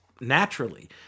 naturally